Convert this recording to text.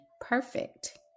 perfect